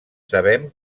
sabem